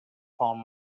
found